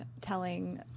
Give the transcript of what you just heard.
telling